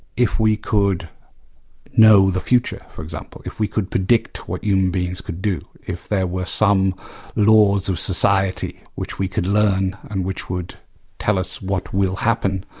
if we could know the future for example, if we could predict what human beings could do. if there were some laws of society which we could learn and which would tell us what will happen,